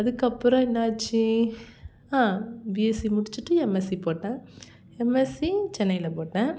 அதுக்கப்புறம் என்னாச்சு ஆ பிஎஸ்சி முடிச்சிட்டு எம்எஸ்சி போட்டேன் எம்எஸ்சி சென்னையில் போட்டேன்